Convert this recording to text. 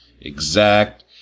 exact